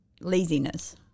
laziness